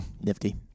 nifty